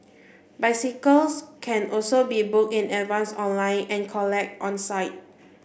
bicycles can also be booked in advance online and collected on site